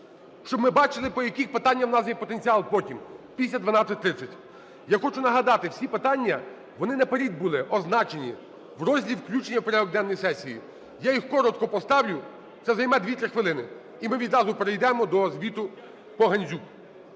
щоб ми бачили, по яких питаннях у нас є потенціал потім, після 12:30. Я хочу нагадати, всі питання вони наперед були означені в розділі "включення в порядок денної сесії". Я їх коротко поставлю, це займе 2-3 хвилини, і ми відразу перейдемо до звіту по Гандзюк.